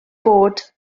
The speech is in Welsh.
bod